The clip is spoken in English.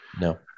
no